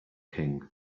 king